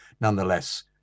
nonetheless